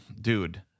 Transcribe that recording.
dude